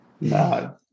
No